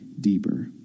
deeper